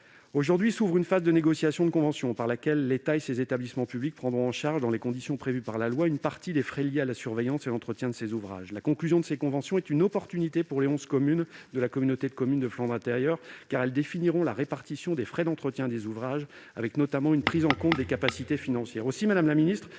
Aujourd'hui s'ouvre une phase de négociation de conventions par lesquelles l'État et ses établissements publics perdront en charge, dans les conditions prévues par la loi, une partie des frais liés à la surveillance et l'entretien de ces ouvrages. La conclusion de ces conventions est une opportunité pour les onze communes de la communauté de communes de Flandre intérieure, car celles-ci définiront la répartition de frais d'entretien des ouvrages avec, notamment, une prise en compte des capacités financières.